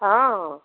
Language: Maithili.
हँ